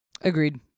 agreed